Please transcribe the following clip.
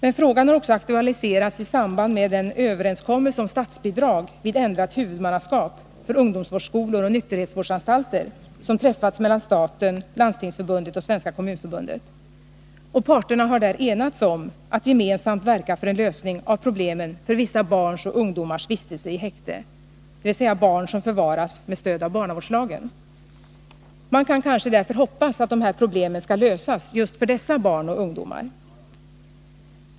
Men frågan har också aktualiserats i samband med den överenskommelse om statsbidrag vid ändrat huvudmannaskap för ungdomsvårdsskolor och nykterhetsvårdsanstalter som träffats mellan staten, Landstingsförbundet och Svenska kommunförbundet. Parterna har där enats om att gemensamt verka för en lösning av problemen för vissa barns och ungdomars vistelse i häkte, dvs. barn som förvaras med stöd av barnavårdslagen. Man kan kanske därför hoppas att de här problemen skall lösas just för dessa barn och ungdomar.